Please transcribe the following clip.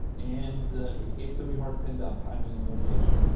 and it can be hard to pin down timing and location.